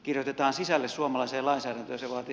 se vaatii silloin sen valmistelun